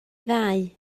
ddau